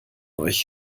euch